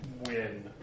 win